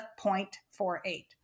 0.48